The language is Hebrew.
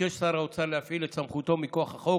ביקש שר האוצר להפעיל את סמכותו מכוח החוק